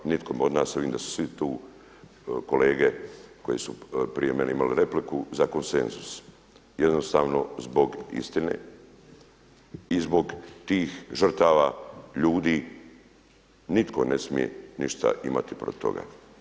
Nikom od nas, a vidim sa su svi tu kolege koje su prije mene imali repliku, za konsenzus, jednostavno zbog istine i zbog tih žrtava ljudi nitko ne smije ništa imati protiv toga.